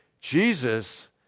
Jesus